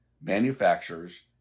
manufacturers